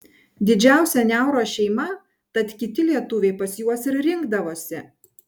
didžiausia niauros šeima tad kiti lietuviai pas juos ir rinkdavosi